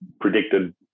predicted